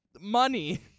money